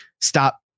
stop